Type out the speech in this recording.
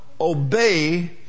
obey